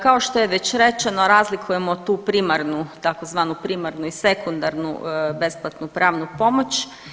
Kao što je već rečeno razlikujemo tu primarnu tzv. primarnu i sekundarnu besplatnu pravnu pomoć.